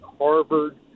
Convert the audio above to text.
Harvard